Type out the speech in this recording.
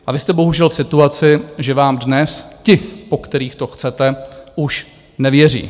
A vy jste bohužel v situaci, že vám dnes ti, po kterých to chcete, už nevěří.